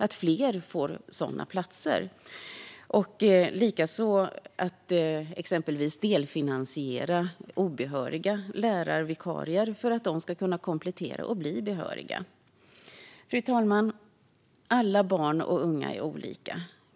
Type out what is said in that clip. Medlen kan likaså användas till att delfinansiera obehöriga lärarvikarier så att de kan göra en komplettering för att bli behöriga Fru talman! Alla barn och unga är olika.